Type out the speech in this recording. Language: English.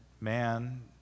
man